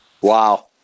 Wow